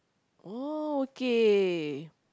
oh okay